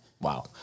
Wow